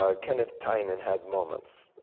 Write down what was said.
ah kenneth tynan had moments.